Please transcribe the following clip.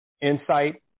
insight